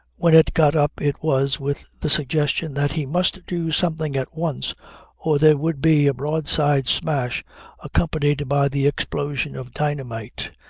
when it got up it was with the suggestion that he must do something at once or there would be a broadside smash accompanied by the explosion of dynamite,